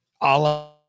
Allah